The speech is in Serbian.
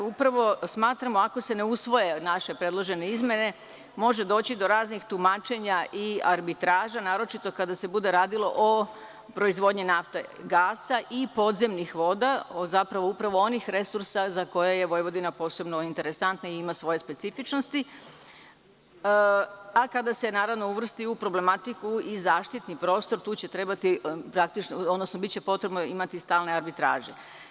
Upravo smatramo ako se ne usvoje naše predložene izmene može doći do raznih tumačenja i arbitraža, naročito kada se bude radilo o proizvodnje nafte, gasa i podzemnih voda, upravo onih resursa za koje je Vojvodina posebno interesantna i ima svoje specifičnosti, a kada se uvrsti u problematiku i zaštitni prostor, tu će biti potrebno imati stalne arbitraže.